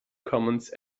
commons